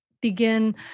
begin